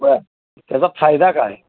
बरं त्याचा फायदा काय